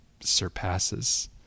surpasses